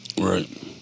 Right